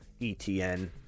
ETN